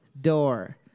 door